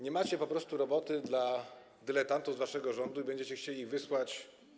Nie macie po prostu roboty dla dyletantów z waszego rządu, będziecie chcieli ich wysłać.